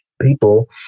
People